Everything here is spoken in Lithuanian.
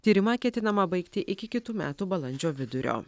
tyrimą ketinama baigti iki kitų metų balandžio vidurio